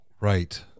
Right